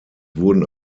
wurden